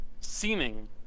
Seeming